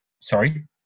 Sorry